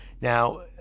Now